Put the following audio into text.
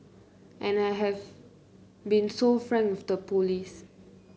and I have been so frank with the police